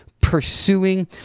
pursuing